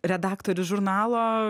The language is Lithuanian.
redaktorius žurnalo